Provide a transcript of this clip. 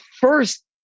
first